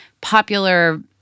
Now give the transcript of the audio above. popular